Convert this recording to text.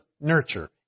nurture